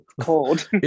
cold